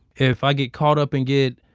if i get caught up and get,